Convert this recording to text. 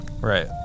Right